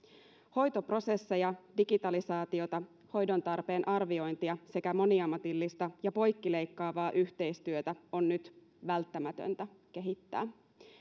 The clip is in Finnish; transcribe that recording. hoitoprosesseja digitalisaatiota hoidontarpeen arviointia sekä moniammatillista ja poikkileikkaavaa yhteistyötä on nyt välttämätöntä kehittää